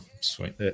sweet